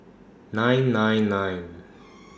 nine nine nine